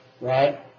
right